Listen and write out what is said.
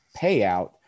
payout